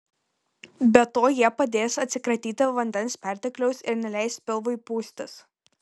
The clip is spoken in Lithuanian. be to jie padės atsikratyti vandens pertekliaus ir neleis pilvui pūstis